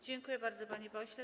Dziękuję bardzo, panie pośle.